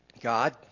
God